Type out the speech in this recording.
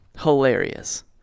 Hilarious